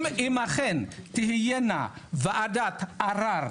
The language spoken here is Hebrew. אם אכן תהייה וועדת ערער,